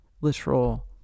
literal